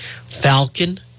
Falcon